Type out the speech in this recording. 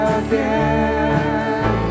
again